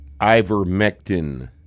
ivermectin